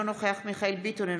אינו נוכח מיכאל מרדכי ביטון,